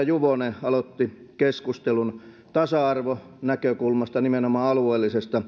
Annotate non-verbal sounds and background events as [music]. [unintelligible] juvonen aloitti keskustelun tasa arvonäkökulmasta nimenomaan alueellisesta